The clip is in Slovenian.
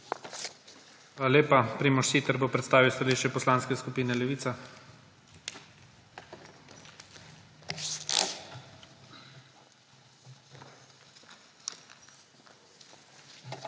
Hvala lepa. Primož Siter bo predstavil stališče Poslanke skupine Levica. **PRIMOŽ